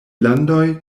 landoj